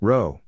Row